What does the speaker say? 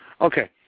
Okay